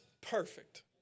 perfect